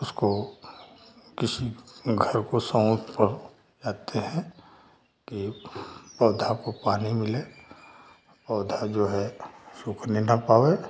उसको किसी घर को सौंप कर आते हैं कि पौधा को पानी मिले पौधा जो है सूखने न पावे